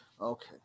Okay